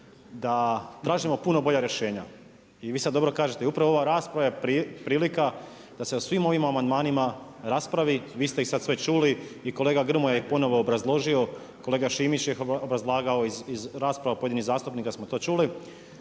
da tražimo puno bolja rješenja. I vi sad dobro kažete i upravo ova rasprava je prilika da se o svim ovim amandmanima raspravi. Vi ste ih sad sve čuli i kolega Grmoja ih ponovno obrazložio, kolega Šimić je obrazlagao iz rasprava pojedinih zastupnika smo to čuli.